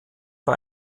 bei